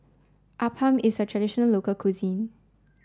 Appam is a traditional local cuisine